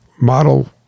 model